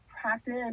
practice